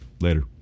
Later